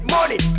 Money